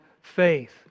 faith